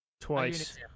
twice